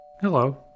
Hello